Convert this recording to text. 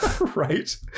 Right